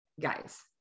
guys